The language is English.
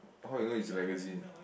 how you know is magazine